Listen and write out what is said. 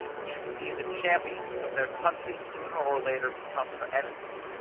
we should see the champions of their country sooner or later become her enemies,